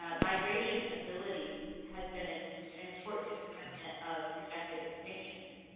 um migration ability has been an important determinant of projected extinction rate.